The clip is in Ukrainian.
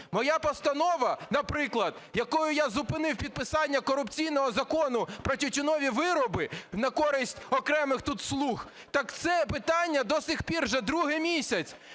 Моя постанова, наприклад, якою я зупинив підписання корупційного Закону про тютюнові вироби на користь окремих тут "слуг", так це питання до цих пір, вже другий місяць...